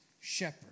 shepherd